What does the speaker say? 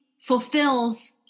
fulfills